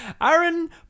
Aaron